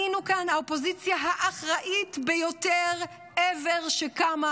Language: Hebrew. היינו כאן האופוזיציה האחראית ביותר ever שקמה